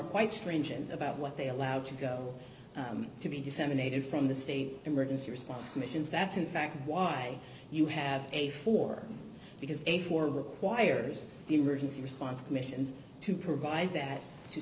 quite stringent about what they allowed to go to be disseminated from the state emergency response missions that's in fact why you have a four because a four requires emergency response commissions to provide that